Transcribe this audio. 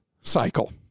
cycle